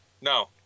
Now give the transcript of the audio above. No